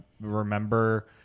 remember